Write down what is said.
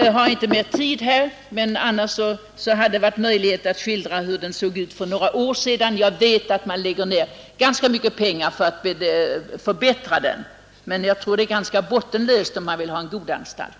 Jag har inte mera tid här — annars hade det varit möjligt att skildra hur fångvårdsanstalten såg ut för några år sedan. Jag vet att man nu lägger ned ganska mycket pengar på att förbättra den, men jag tror det är ett ganska bottenlöst arbete om man vill få en god anstalt.